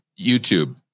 YouTube